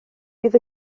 bydd